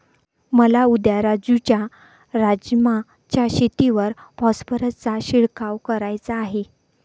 मला उद्या राजू च्या राजमा च्या शेतीवर फॉस्फरसचा शिडकाव करायचा आहे